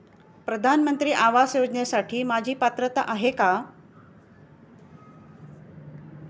प्रधानमंत्री आवास योजनेसाठी माझी पात्रता आहे का?